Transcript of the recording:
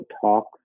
talk